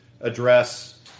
address